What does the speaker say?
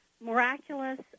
miraculous